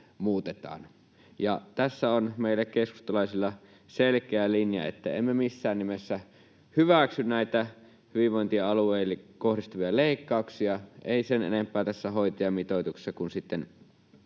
Tässä on meillä keskustalaisilla selkeä linja, että emme missään nimessä hyväksy näitä hyvinvointialueille kohdistuvia leikkauksia, emme sen enempää tässä hoitajamitoituksessa kuin sitten